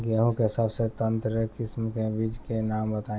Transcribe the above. गेहूं के सबसे उन्नत किस्म के बिज के नाम बताई?